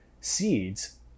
seeds